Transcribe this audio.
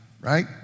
right